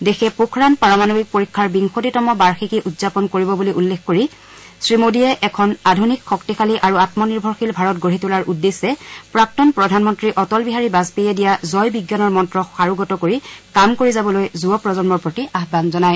দেশে পোখৰাণ পাৰমাণৱিক পৰীক্ষাৰ বিংশতিতম বাৰ্ষিকী উদযাপন কৰিব বুলি উল্লেখ কৰি শ্ৰীমোডীয়ে এখন আধুনিক শক্তিশালী আৰু আম নিৰ্ভৰশীল ভাৰত গঢ়ি তোলাৰ উদ্দেশ্যে প্ৰাক্তন প্ৰধানমন্নী অটল বিহাৰী বাজপেয়ীয়ে দিয়া জয় বিজ্ঞানৰ মন্ত্ৰ সাৰোগত কৰি কাম কৰি যাবলৈ যুৱ প্ৰজন্মৰ প্ৰতি আহান জনায়